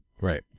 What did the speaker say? Right